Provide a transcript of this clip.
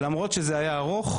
למרות שזה היה ארוך,